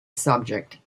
subject